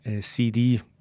CD